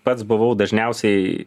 pats buvau dažniausiai